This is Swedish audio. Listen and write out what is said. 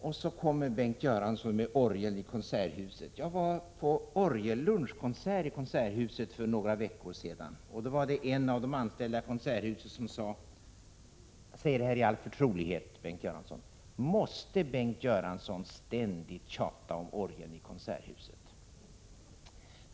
Sedan kommer Bengt Göransson med orgeln i Konserthuset. Jag var på en orgelkonsert för några veckor sedan, och då sade en av de anställda: Måste Bengt Göransson ständigt tjata om orgeln i Konserthuset?